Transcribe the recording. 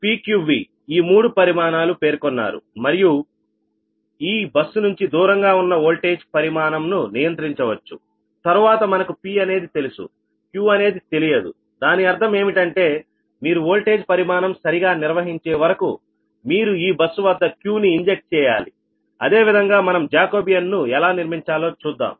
PQVఈ మూడు పరిమాణాలు పేర్కొన్నారు మరియు ఈ బస్సు నుంచి దూరంగా ఉన్న వోల్టేజ్ పరిమాణంను నియంత్రించవచ్చు తరువాత మనకు Pఅనేది తెలుసుQ అనేది తెలియదు దాని అర్థం ఏమిటంటే మీరు వోల్టేజ్ పరిమాణం సరిగా నిర్వహించే వరకు మీరు ఈ బస్సు వద్ద Qని ఇంజెక్ట్ చేయాలి అదేవిధంగా మనం జాకోబియాన్ ను ఎలా నిర్మించాలో చూద్దాం